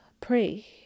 pray